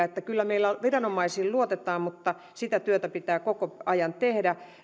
että kyllä meillä viranomaisiin luotetaan mutta sitä työtä pitää koko ajan tehdä